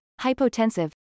hypotensive